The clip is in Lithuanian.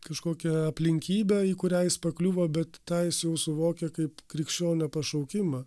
kažkokią aplinkybę į kurią jis pakliuvo bet tą jis jau suvokia kaip krikščionio pašaukimą